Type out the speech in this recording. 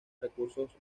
recursos